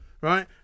right